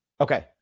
Okay